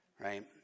Right